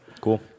cool